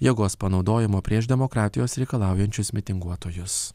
jėgos panaudojimo prieš demokratijos reikalaujančius mitinguotojus